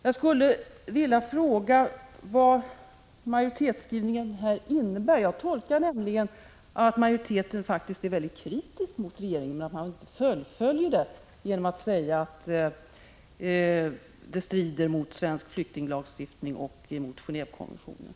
Jag skulle vilja fråga vad majoritetsskrivningen på den här punkten innebär. Jag tolkar det nämligen så att majoriteten faktiskt är väldigt kritisk mot regeringen och att den fullföljer kritiken genom att säga att förfaringssättet strider mot svensk flyktinglagstiftning och mot Genévekonventionen.